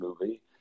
movie